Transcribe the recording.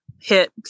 hit